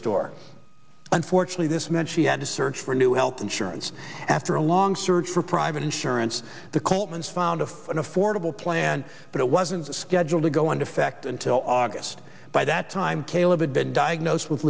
store unfortunately this meant she had to search for new health insurance after a long search for private insurance the colemans found of an affordable plan but it wasn't scheduled to go into fact until august by that time caleb had been diagnosed with